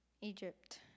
Egypt